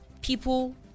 people